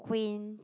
quaint